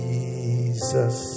Jesus